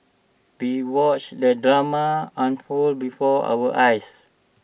we watched the drama unfold before our eyes